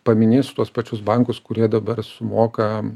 paminėsiu tuos pačius bankus kurie dabar sumoka